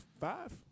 Five